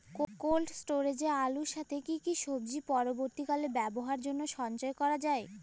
Cold স্টোরেজে আলুর সাথে কি কি সবজি পরবর্তীকালে ব্যবহারের জন্য সঞ্চয় করা যায়?